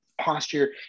posture